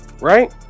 right